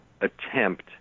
attempt